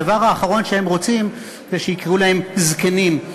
הדבר האחרון שהם רוצים זה שיקראו להם זקנים,